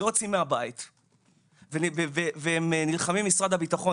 שלא יוצאים מהבית והם נלחמים עם משרד הביטחון,